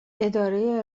اداره